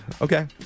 okay